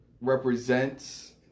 represents